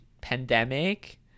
pandemic